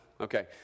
Okay